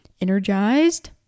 energized